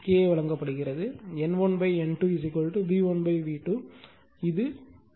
K வழங்கப்படுகிறது N1 N2 V1 V2 இது 10